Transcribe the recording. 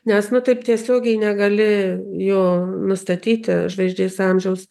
nes nu taip tiesiogiai negali nu nustatyti žvaigždės amžiaus